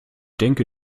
denke